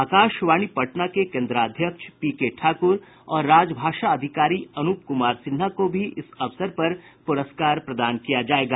आकाशवाणी पटना के केन्द्राध्यक्ष पीकेठाकुर और राजभाषा अधिकारी अनूप कुमार सिन्हा को भी इस अवसर पर पुरस्कार प्रदान किया जायेगा